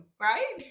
right